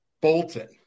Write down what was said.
bolton